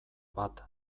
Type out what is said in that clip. bat